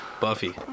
Buffy